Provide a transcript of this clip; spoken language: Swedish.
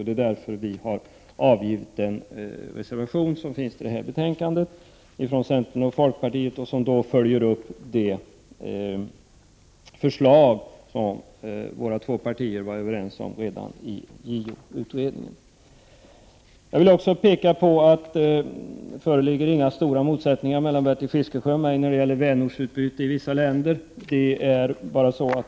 Det är därför som vi från centern och folkpartiet har avgivit den vid betänkandet fogade reservation där vi följer upp de förslag som våra två partier var överens om redan i JO-utredningen. Jag vill också peka på att det inte föreligger några större motsättningar mellan Bertil Fiskesjö och mig när det gäller vänortsutbyte i vissa länder.